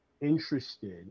interested